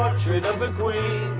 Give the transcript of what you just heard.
portrait of the queen